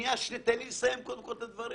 תן לי לסיים קודם את הדברים.